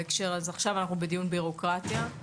עכשיו אנחנו בדיון בירוקרטיה.